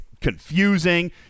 confusing